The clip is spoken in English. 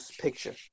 picture